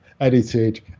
edited